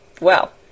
Well